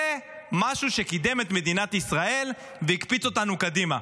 זה משהו שקידם את מדינת ישראל והקפיץ אותנו קדימה.